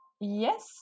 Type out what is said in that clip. yes